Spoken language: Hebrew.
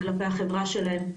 וכלפי החברה שלהם.